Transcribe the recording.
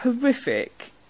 horrific